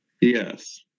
Yes